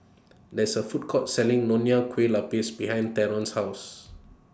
There IS A Food Court Selling Nonya Kueh Lapis behind Theron's House